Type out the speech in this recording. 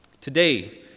today